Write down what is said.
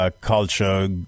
culture